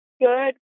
good